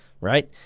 right